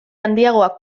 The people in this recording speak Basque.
handiagoak